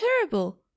terrible